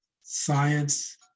science